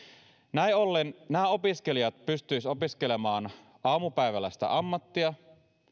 näin ollen nämä opiskelijat pystyisivät opiskelemaan aamupäivällä sitä ammattia